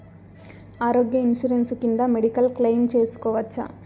ఆరోగ్య ఇన్సూరెన్సు కింద medical claim సేసుకోవచ్చా?